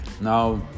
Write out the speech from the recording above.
Now